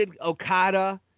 Okada